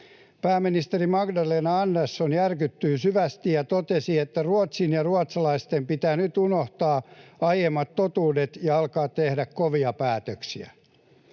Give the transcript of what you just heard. Pääministeri Magdalena Andersson järkyttyi syvästi ja totesi, että Ruotsin ja ruotsalaisten pitää nyt unohtaa aiemmat totuudet ja alkaa tehdä kovia päätöksiä.